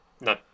no